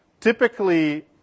typically